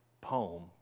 poem